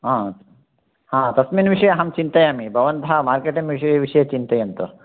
हा तस्मिन् विषये अहं चिन्तयामि भवन्तः मार्केटिङ्ग् विषये विषये चिन्तयन्तु